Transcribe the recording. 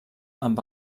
amb